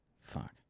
Fuck